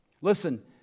Listen